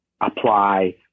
apply